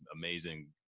amazing